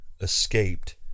escaped